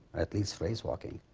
at least race walking.